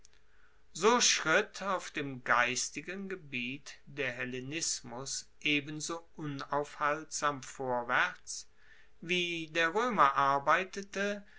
so schritt auf dem geistigen gebiet der hellenismus ebenso unaufhaltsam vorwaerts wie der roemer arbeitete